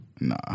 Nah